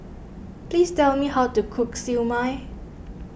please tell me how to cook Siew Mai